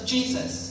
Jesus